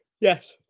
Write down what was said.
Yes